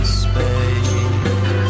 space